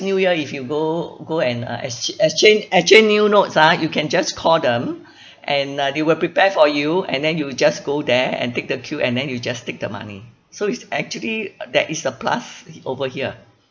new year if you go go and uh ex~ exchange exchange new notes ah you can just call them and uh they will prepare for you and then you will just go there and take the queue and then you just take the money so it's actually that is the plus over here